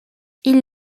ils